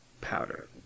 powder